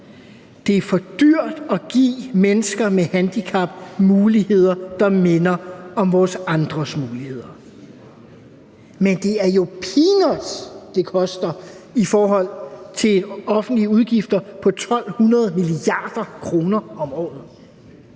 det er for dyrt at give mennesker med handicap muligheder, der minder om vores andres muligheder. Men det er jo peanuts, det koster i forhold til offentlige udgifter på 1.200 mia. kr. om året.